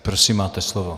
Prosím, máte slovo.